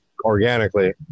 organically